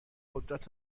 قدرت